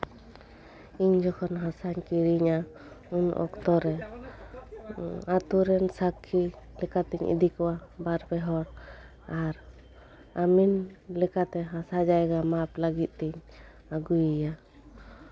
ᱤᱧ ᱡᱚᱠᱷᱚᱱ ᱦᱟᱥᱟᱧ ᱠᱤᱨᱤᱧᱟ ᱩᱱ ᱚᱠᱛᱚᱨᱮ ᱟᱛᱳᱨᱮᱱ ᱥᱟᱠᱠᱷᱤ ᱞᱮᱠᱟᱛᱤᱧ ᱤᱫᱤ ᱠᱚᱣᱟ ᱵᱟᱨ ᱯᱮ ᱦᱚᱲ ᱟᱨ ᱟᱢᱤᱱ ᱞᱮᱠᱟᱛᱮ ᱦᱟᱥᱟ ᱡᱟᱭᱜᱟ ᱢᱟᱯ ᱞᱟᱹᱜᱤᱫᱛᱮ ᱟᱹᱜᱩᱭᱮᱭᱟ